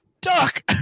Duck